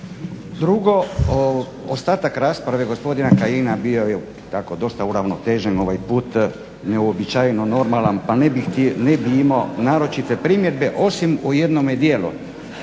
Drugo, ostatak rasprave gospodina Kajina bio je tako dosta uravnotežen ovaj put neuobičajeno normalan pa ne bih imao naročite primjedbe osim u jednome dijelu